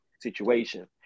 situation